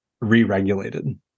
re-regulated